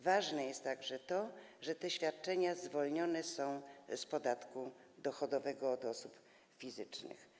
Ważne jest także to, że te świadczenia zwolnione są z podatku dochodowego od osób fizycznych.